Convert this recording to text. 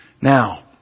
Now